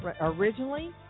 originally